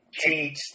teach